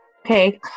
Okay